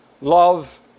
love